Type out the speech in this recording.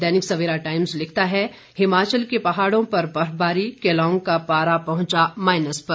दैनिक Savera Times लिखता है हिमाचल के पहाड़ों पर बर्फबारी केलांग का पारा पहुंचा माईनस पर